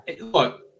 look